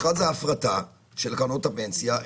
האחד זה ההפרטה של קרנות הפנסיה.